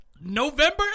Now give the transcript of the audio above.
November